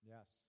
Yes